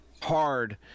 hard